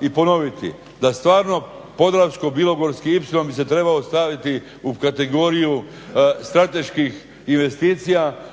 i ponoviti da stvarno podravsko-bilogorski ipsilon bi se trebao staviti u kategoriju strateških investicija